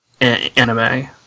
anime